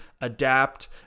adapt